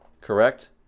Correct